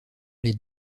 les